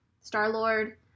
Star-Lord